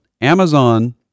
Amazon